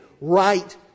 right